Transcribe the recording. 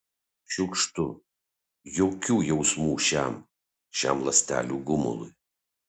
šiukštu jokių jausmų šiam šiam ląstelių gumului